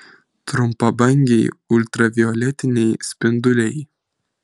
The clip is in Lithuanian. trumpabangiai ultravioletiniai spinduliai